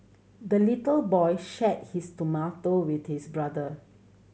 the little boy shared his tomato with his brother